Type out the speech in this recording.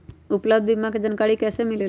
उपलब्ध बीमा के जानकारी कैसे मिलेलु?